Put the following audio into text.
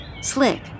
Slick